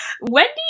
Wendy